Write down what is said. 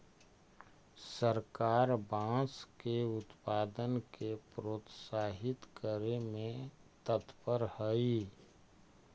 सरकार बाँस के उत्पाद के प्रोत्साहित करे में तत्पर हइ